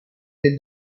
del